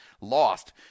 lost